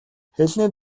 хэлний